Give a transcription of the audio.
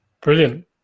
brilliant